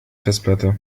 festplatte